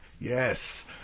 Yes